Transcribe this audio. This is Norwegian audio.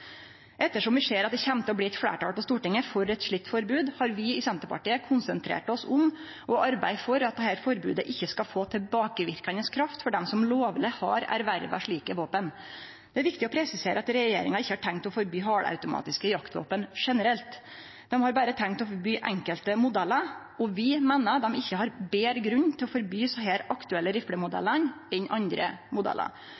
vi ser at det kjem til å bli fleirtal i Stortinget for eit slikt forbod, har vi i Senterpartiet konsentrert oss om å arbeide for at dette forbodet ikkje skal få tilbakeverkande kraft for dei som lovleg har erverva slike våpen. Det er viktig å presisere at regjeringa ikkje har tenkt å forby halvautomatiske jaktvåpen generelt. Dei har berre tenkt å forby enkelte modellar, og vi meiner dei ikkje har betre grunn til å forby desse aktuelle